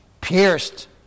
pierced